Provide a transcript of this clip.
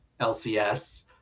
LCS